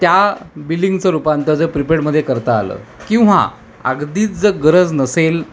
त्या बिलिंगचं रूपांतर जर प्रिपेडमध्ये करता आलं किंवा अगदीच जर गरज नसेल